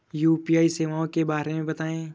UPI सेवाओं के बारे में बताएँ?